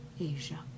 Asia